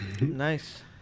Nice